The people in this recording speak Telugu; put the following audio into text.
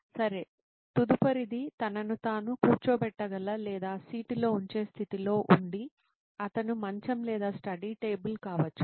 నితిన్ సరే తదుపరిది తనను తాను కూర్చోబెట్టగల లేదా సీటులో ఉంచే స్థితిలో ఉండి అతను మంచం లేదా స్టడీ టేబుల్ కావచ్చు